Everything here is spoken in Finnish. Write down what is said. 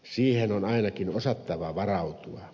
siihen on ainakin osattava varautua